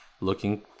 looking